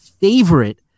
favorite